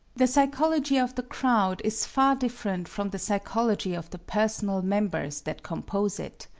the psychology of the crowd is far different from the psychology of the personal members that compose it.